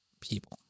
people